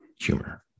humor